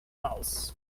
else